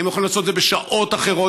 הם יכולים לעשות את זה בשעות אחרות,